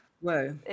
Whoa